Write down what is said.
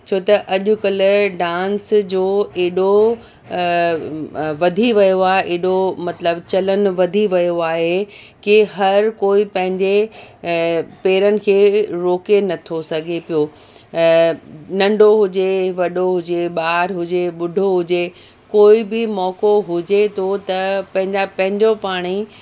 छो त अॼकल्ह डांस जो एॾो वधी वयो आहे एॾो मतिलबु चलन वधी वियो आहे की हर कोई पंहिंजे पेरनि खे रोके नथो सघे पियो नंढो हुजे वॾो हुजे ॿार हुजे ॿुढो हुजे कोई बि मौको हुजे थो त पंहिंजा पंहिंजो पाण ई